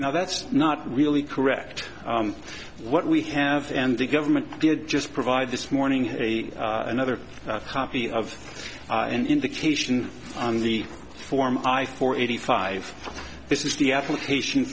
now that's not really correct what we have and the government did just provide this morning another copy of an indication on the form i for eighty five this is the application